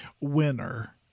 Winner